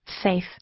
Safe